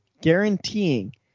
guaranteeing